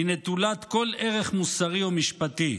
היא נטולת כל ערך מוסרי או משפטי.